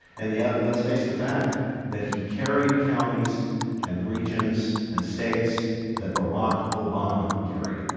and the ah let's face the fact that he carried counties and regions and states that barack obama carried.